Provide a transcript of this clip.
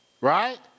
Right